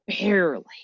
barely